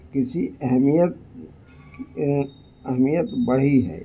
کسی اہمیت اہمیت بڑھی ہے